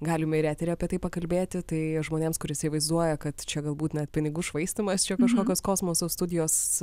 galima ir eteryje apie tai pakalbėti tai žmonėms kurie įsivaizduoja kad čia galbūt net pinigų švaistymas čia kažkokios kosmoso studijos